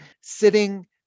sitting